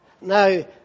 Now